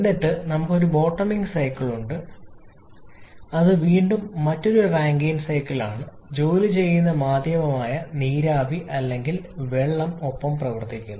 എന്നിട്ട് നമുക്ക് ഒരു ബോട്ടൊമിങ് സൈക്കിൾ ഉണ്ട് അത് വീണ്ടും മറ്റൊരു റാങ്കൈൻ സൈക്കിളാണ് ജോലി ചെയ്യുന്ന മാധ്യമമായി നീരാവി അല്ലെങ്കിൽ വെള്ളം ഒപ്പം പ്രവർത്തിക്കുന്നു